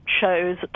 shows